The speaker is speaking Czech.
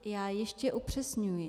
Já ještě upřesňuji.